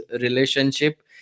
relationship